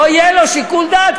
לא יהיה לו שיקול דעת,